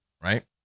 right